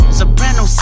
Soprano